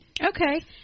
Okay